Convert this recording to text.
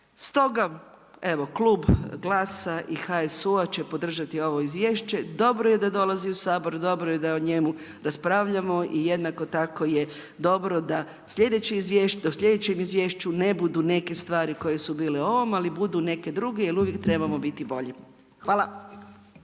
Stoga, evo Klub GLAS-a i HSU-a će podržati ovo izvješće. Dobro je da dolazi u Sabor, do0bro je da o njemu raspravljamo i jednako tako je dobro da sljedećem izvješću ne budu neke stvari koje su bili u ovom, ali budu neke druge, jer uvijek trebamo biti bolji. Hvala.